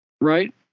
right